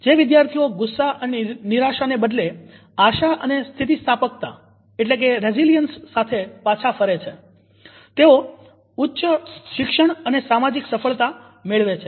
જે વિદ્યાર્થીઓ ગુસ્સા અને નિરાશાને બદલે આશા અને સ્થિતિસ્થાપકતા સાથે પાછા ફરે છે તેઓ ઉચ્ચ શિક્ષણ અને સામાજિક સફળતા મેળવે છે